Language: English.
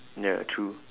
ya true